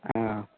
ಹಾಂ